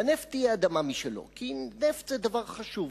לנפט תהיה אדמה משלו, כי נפט זה דבר חשוב.